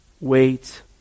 wait